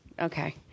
Okay